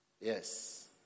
Yes